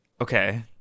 Okay